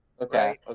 Okay